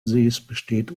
besteht